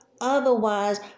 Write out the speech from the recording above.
Otherwise